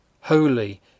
holy